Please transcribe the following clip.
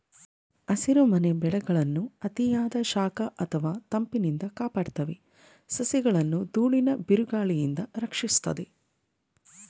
ಹಸಿರುಮನೆ ಬೆಳೆಗಳನ್ನು ಅತಿಯಾದ ಶಾಖ ಅಥವಾ ತಂಪಿನಿಂದ ಕಾಪಾಡ್ತವೆ ಸಸಿಗಳನ್ನು ದೂಳಿನ ಬಿರುಗಾಳಿಯಿಂದ ರಕ್ಷಿಸ್ತದೆ